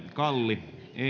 kalli